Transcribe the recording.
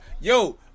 yo